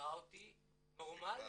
משאירה אותי נורמאלי.